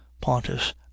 Pontus